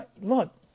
Look